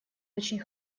очень